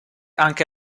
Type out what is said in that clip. anche